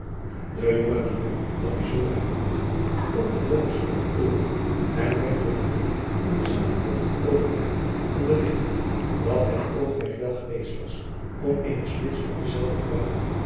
e jonge had bijzondere aandacht op den hoogen stompen toren en werd door een eer in dezelfde pont overvarende onderrigt dat het oogmerk wel geweest was om eene spits op denzelven te bouwen